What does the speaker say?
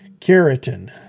keratin